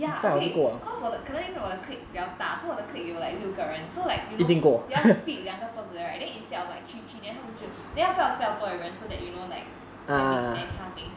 ya okay cause 我的可能因为我的 clique 比较大 so 我的 clique 有 like 六个人 so like you know 要 split 两个桌子 right then instead of three three then 他们就 then 不要叫多点人 so that you know like can meet then kind of thing